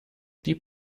die